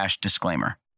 disclaimer